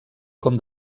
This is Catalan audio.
com